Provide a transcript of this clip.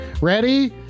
Ready